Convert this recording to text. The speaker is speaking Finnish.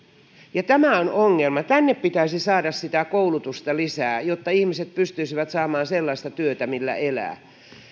tämä on ongelma tänne pitäisi saada sitä koulutusta lisää jotta ihmiset pystyisivät saamaan sellaista työtä millä elää